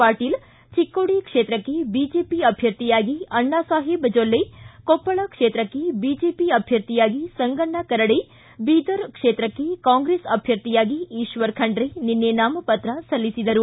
ಪಾಟೀಲ್ ಚಿಕೋಡಿ ಕ್ಷೇತ್ರಕ್ಕೆ ಬಿಜೆಪಿ ಅಭ್ಯರ್ಥಿಯಾಗಿ ಅಣ್ಣಾಸಾಹೇಬ್ ಜೊಲ್ಲೆ ಕೊಪ್ಪಳ ಕ್ಷೇತ್ರಕ್ಕೆ ಬಿಜೆಪಿ ಅಭ್ಯರ್ಥಿಯಾಗಿ ಸಂಗಣ್ಣ ಕರಡಿ ಬೀದರ್ ಕ್ಷೇತ್ರಕ್ಷೆ ಕಾಂಗ್ರೆಸ್ ಅಭ್ಯರ್ಥಿಯಾಗಿ ಈಶ್ವರ್ ಖಂಡ್ರೆ ನಿನ್ನೆ ನಾಮಪತ್ರ ಸಲ್ಲಿಸಿದರು